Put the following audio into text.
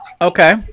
Okay